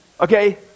Okay